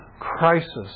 crisis